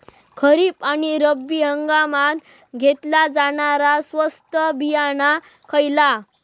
खरीप आणि रब्बी हंगामात घेतला जाणारा स्वस्त बियाणा खयला?